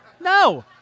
No